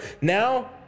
now